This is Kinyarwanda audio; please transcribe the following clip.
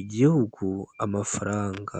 igihugu amafaranga.